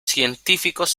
científicos